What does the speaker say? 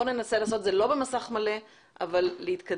בואו ננסה לעשות את זה לא במסך מלא אבל נתקדם.